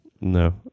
No